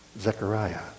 Zechariah